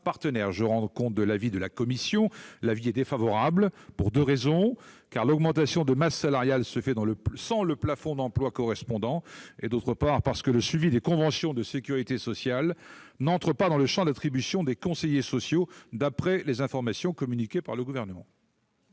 Je rends compte ici de l'avis de la commission des finances, qui est défavorable à l'amendement, et ce pour deux raisons : d'une part, l'augmentation de masse salariale se fait sans le plafond d'emplois correspondant ; d'autre part, le suivi des conventions de sécurité sociale n'entre pas dans le champ d'attribution des conseillers sociaux, d'après les informations communiquées par le Gouvernement.